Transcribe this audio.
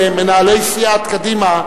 מנהלי סיעת קדימה,